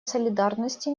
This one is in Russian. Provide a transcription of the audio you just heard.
солидарности